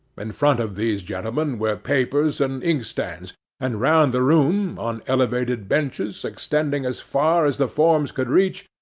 in front of these gentlemen were papers and inkstands and round the room, on elevated benches extending as far as the forms could reach,